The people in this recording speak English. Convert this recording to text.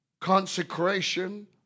consecration